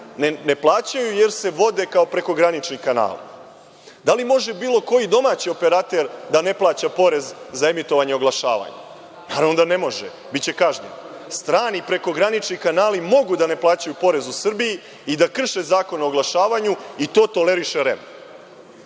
ne plaćaju, jer se vode kao prekogranični kanali. Da li može bilo koji domaći operater da ne plaća porez za emitovanje o oglašavanje? Naravno da ne može, biće kažnjen. Strani prekogranični kanali mogu da ne plaćaju porez u Srbiji i da krše Zakon o oglašavanju i to toleriše